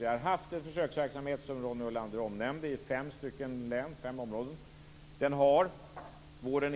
Vi har haft en försöksverksamhet, som Ronny